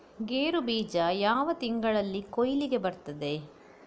ಗೇರು ಬೀಜ ಯಾವ ತಿಂಗಳಲ್ಲಿ ಕೊಯ್ಲಿಗೆ ಬರ್ತದೆ?